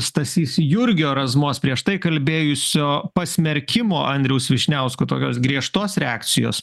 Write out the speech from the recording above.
stasys jurgio razmos prieš tai kalbėjusio pasmerkimo andriaus vyšniausko tokios griežtos reakcijos